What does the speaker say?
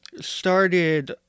started